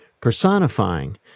personifying